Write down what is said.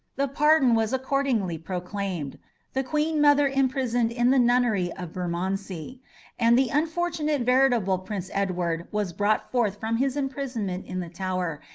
the pardon was accordingly proclaimed the queen-mother imprisoned in the nunnery of bermondsey and the unfortunate veritable prince edward was brought forth from his imprisonment in the tower,